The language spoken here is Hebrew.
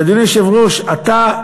אדוני היושב-ראש, אתה,